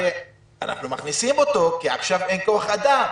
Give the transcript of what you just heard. הרי אנחנו מכניסים אותו כי עכשיו אין כוח-אדם,